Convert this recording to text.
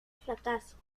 fracaso